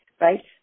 Right